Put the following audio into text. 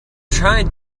trying